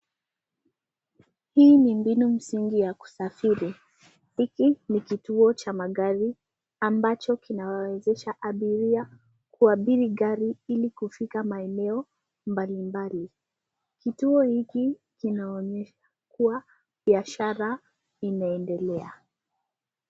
Hii ni mbinu msingi ya kusafiri. Hiki ni kituo cha magari ambacho kinawawezesha abiria kuabiri gari ili kufika maeneo mbalimbali. Kituo hiki kinaonesha kuwa biashara inaendelea.